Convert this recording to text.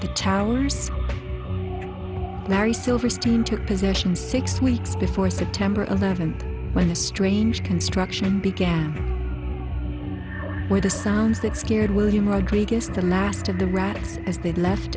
the towers mary silverstein took possession six weeks before september eleventh when a strange construction began where the sounds that scared william rodriguez the last of the rats as they left